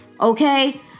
okay